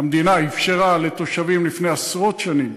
שהמדינה אפשרה לתושבים לפני עשרות שנים